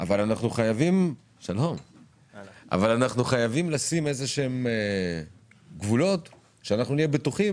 אבל אנחנו חייבים לשים איזה שהם גבולות כדי שנהיה בטוחים